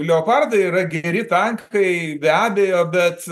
leopardai yra geri tankai be abejo bet